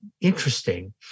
interesting